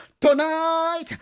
tonight